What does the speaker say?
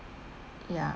ya